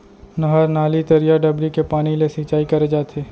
नहर, नाली, तरिया, डबरी के पानी ले सिंचाई करे जाथे